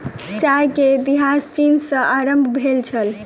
चाय के इतिहास चीन सॅ आरम्भ भेल छल